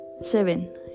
seven